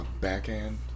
backhand